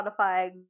spotify